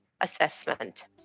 assessment